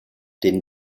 den